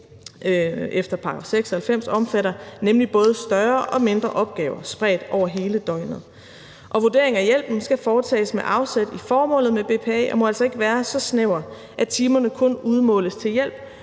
efter § 96, omfatter nemlig både større og mindre opgaver spredt over hele døgnet. Vurderingen af hjælpen skal foretages med afsæt i formålet med BPA og må altså ikke være så snævert, at timerne kun udmåles til hjælp